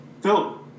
Phil